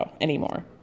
anymore